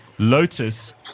Lotus